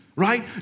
Right